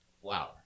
flower